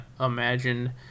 imagine